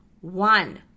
One